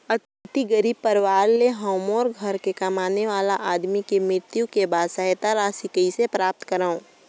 अति गरीब परवार ले हवं मोर घर के कमाने वाला आदमी के मृत्यु के बाद सहायता राशि कइसे प्राप्त करव?